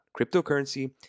cryptocurrency